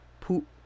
Poop